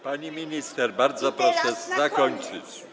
Pani minister, bardzo proszę zakończyć.